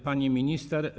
Pani Minister!